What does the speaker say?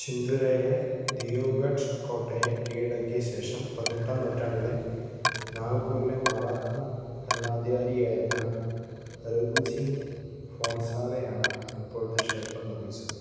ചിന്തൂരായിലെ ദിയോഗഡ് കോട്ടയെ കീഴടക്കിയ ശേഷം പതിനെട്ടാം നൂറ്റാണ്ടിലെ നാഗ്പൂരിലെ മറാത്ത ഭരണാധികാരിയായിരുന്ന രഘുജി ഫോൺസാലയാണ് ഇപ്പോഴത്തെ ക്ഷേത്രം നിർമ്മിച്ചത്